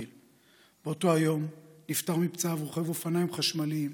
באותו יום נפטר מפצעיו רוכב אופניים חשמליים,